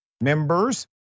members